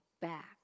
back